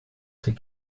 ces